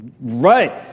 Right